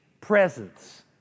presence